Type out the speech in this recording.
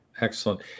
Excellent